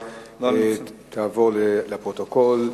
לפרוטוקול.